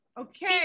Okay